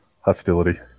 hostility